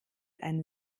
ein